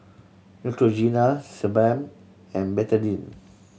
Neutrogena Sebamed and Betadine